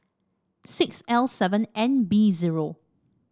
six L seven N B zero